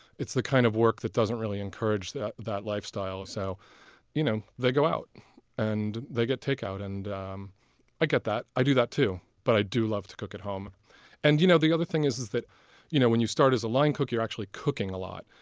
kind of work that doesn't really encourage that that lifestyle. so you know they go out and they get takeout. and um i get that i do that too. but i do love to cook at home and you know the other thing is is that you know when you start as a line cook, you're actually cooking a lot.